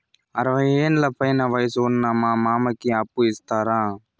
అరవయ్యేండ్ల పైన వయసు ఉన్న మా మామకి అప్పు ఇస్తారా